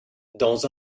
dans